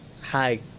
hi